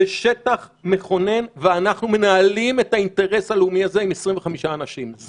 זה שטח מכונן ואנחנו מנהלים את האינטרס הלאומי הזה עם 25 אנשים.